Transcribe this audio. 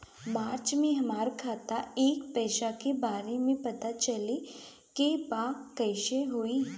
मार्च में हमरा खाता के पैसा के बारे में पता करे के बा कइसे होई?